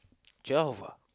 twelve ah